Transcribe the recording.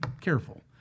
careful